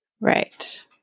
Right